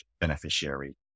beneficiary